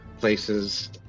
places